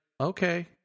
okay